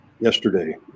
yesterday